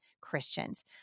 Christians